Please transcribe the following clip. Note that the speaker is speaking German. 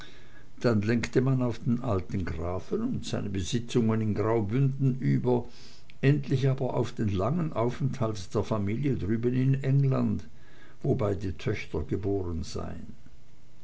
dann lenkte man auf den alten grafen und seine besitzungen im graubündischen über endlich aber auf den langen aufenthalt der familie drüben in england wo beide töchter geboren seien